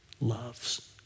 loves